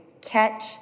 catch